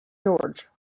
george